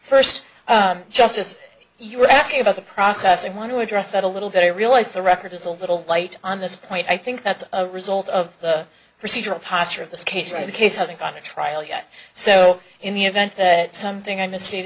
first just as you were asking about the process i want to address that a little bit i realize the record is a little light on this point i think that's a result of the procedural posture of this case raise a case hasn't gone to trial yet so in the event that something i miss